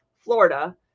florida